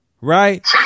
right